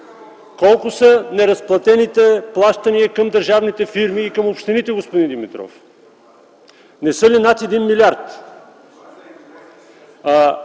Колко са неразплатените плащания към държавните фирми и към общините, господин Димитров? Не са ли над 1 милиард?